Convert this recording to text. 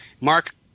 Mark